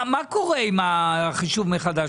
מה, מה קורה עם החישוב מחדש?